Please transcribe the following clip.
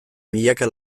milaka